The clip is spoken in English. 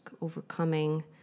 overcoming